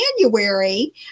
January